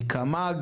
קמ"ג